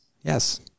Yes